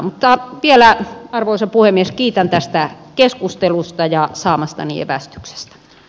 mutta vielä arvoisa puhemies kiitän tästä keskustelusta ja saamastani evästyksestä